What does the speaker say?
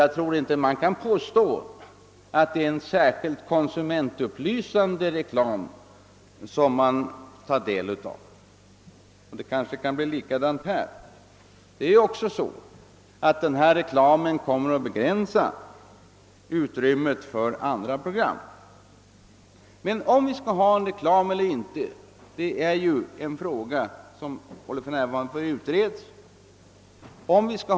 Jag tror inte man kan påstå att den reklamen är särskilt konsumentupplysande, och det blir kanske likadant här. Dessutom begränsar reklamen utrymmet för andra program. Om vi skall ha reklam i radio och TV eller inte är en fråga som för närvarande håller på att utredas.